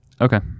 Okay